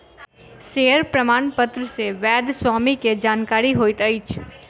share प्रमाणपत्र मे वैध स्वामी के जानकारी होइत अछि